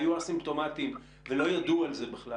היו אסימפטומטיים ולא ידעו על זה בכלל